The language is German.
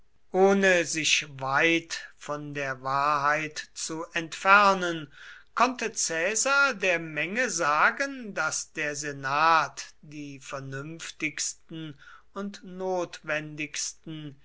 ohne sich weit von der wahrheit zu entfernen konnte caesar der menge sagen daß der senat die vernünftigsten und notwendigsten